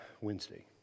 Wednesday